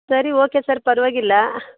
ಸರಿ okay sir ಪರವಾಗಿಲ್ಲ